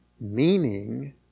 meaning